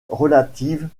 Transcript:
relative